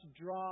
draw